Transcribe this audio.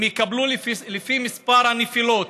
הם יקבלו לפי מספר הנפילות.